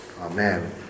Amen